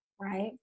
right